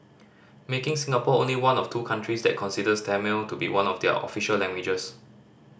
making Singapore only one of two countries that considers Tamil to be one of their official languages